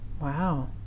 Wow